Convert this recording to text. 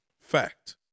fact